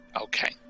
Okay